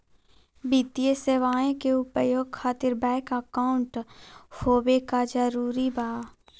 वित्तीय सेवाएं के उपयोग खातिर बैंक अकाउंट होबे का जरूरी बा?